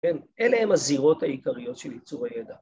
‫אלה הם הזירות העיקריות ‫של ייצור הידע.